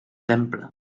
temple